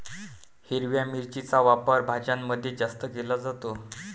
हिरव्या मिरचीचा वापर भाज्यांमध्ये जास्त केला जातो